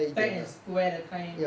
fair and square that kind